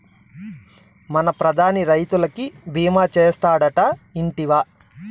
మన ప్రధాని రైతులకి భీమా చేస్తాడటా, ఇంటివా